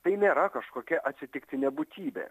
tai nėra kažkokia atsitiktinė būtybė